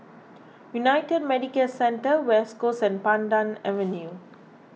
United Medicare Centre West Coast and Pandan Avenue